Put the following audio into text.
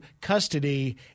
custody